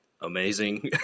amazing